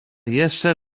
jeszcze